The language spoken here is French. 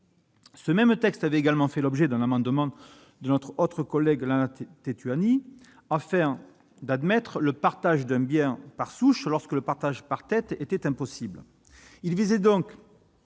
Ce même texte avait également fait l'objet d'un amendement de notre collègue Lana Tetuanui, qui tendait à permettre le partage d'un bien par souche lorsque le partage par tête était impossible.